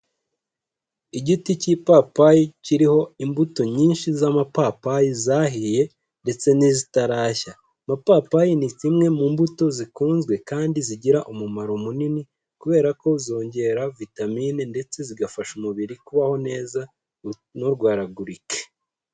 Igiti k'ipapayi kiriho imbuto nyinshi z'amapapayi zahiye ndetse n'izitarashya, amapapayi ni zimwe mu mbuto zikunzwe kandi zigira umumaro munini kubera ko zongera vitamine ndetse zigafasha umubiri kubaho neza nturwaragurike.